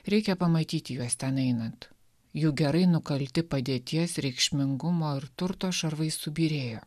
reikia pamatyti juos ten einant jų gerai nukalti padėties reikšmingumo ir turto šarvai subyrėjo